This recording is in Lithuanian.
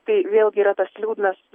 tai vėlgi yra tas liūdnas